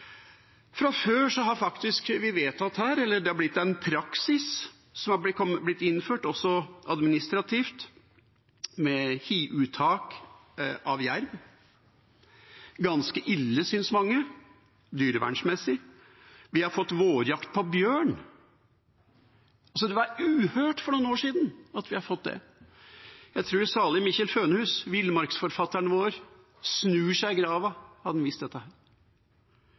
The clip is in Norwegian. Fra før har vi faktisk vedtatt – eller det har blitt innført en praksis, også administrativt – hiuttak av jerv, noe mange synes er ganske ille, dyrevernmessig. Vi har fått vårjakt på bjørn. Det ville vært uhørt for noen år siden å ha det. Jeg tror salige Mikkjel Fønhus, villmarksforfatteren vår, hadde snudd seg i grava hvis han hadde visst dette.